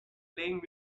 playing